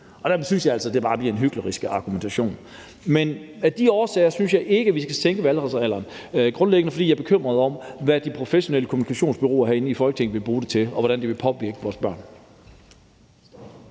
øl. Der synes jeg altså bare det bliver en hyklerisk argumentation. Men af de årsager synes jeg grundlæggende ikke, at vi skal sænke valgretsalderen, for jeg er bekymret over, hvad de professionelle kommunikationsbureauer herinde i Folketinget vil bruge det til, og hvordan det vil påvirke vores børn.